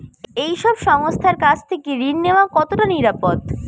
এই সব সংস্থার কাছ থেকে ঋণ নেওয়া কতটা নিরাপদ?